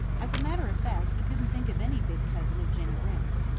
as a matter of fact, he couldn't think of any big cousin of jenny wren.